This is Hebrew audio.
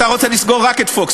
אתה רוצה לסגור רק את Fox,